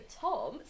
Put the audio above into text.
Tom